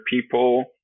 people